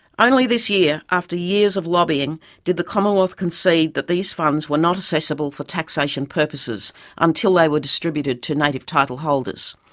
only this year, after years of lobbying did the commonwealth concede that these funds were not assessable for taxation purposes until they were distributed to native title holders.